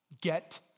get